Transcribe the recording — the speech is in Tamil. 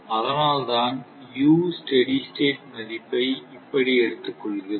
அதனால்தான் u ஸ்டெடி ஸ்டேட் மதிப்பை இப்படி எடுத்துக் கொள்கிறோம்